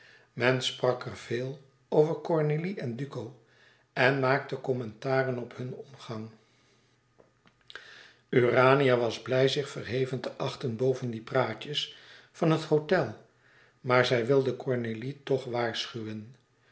men sprak er veel over cornélie en duco en maakte commentaren op hun omgang urania was blij zich verheven te achten boven die praatjes van het hôtel maar zij wilde cornélie toch waarschuwen